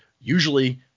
usually